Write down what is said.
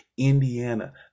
Indiana